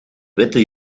witte